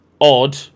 odd